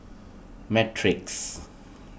Matrix